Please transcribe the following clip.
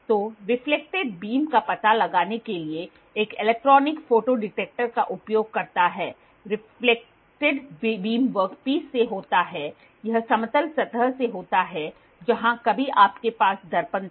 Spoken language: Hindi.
तो रिफ्लेक्टेड बीम का पता लगाने के लिए एक इलेक्ट्रॉनिक फोटो डिटेक्टर का उपयोग करता है रिफ्लेक्टेड बीम वर्कपीस से होता है यह समतल सतह से होता है जहां कभी आपके पास दर्पण था